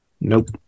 Nope